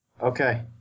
okay